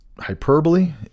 hyperbole